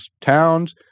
towns